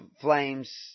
flames